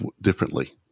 differently